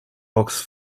box